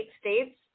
states